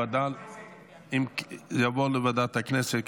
ועדה לביטחון לאומי.